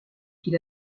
qu’il